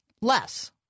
less